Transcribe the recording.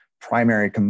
primary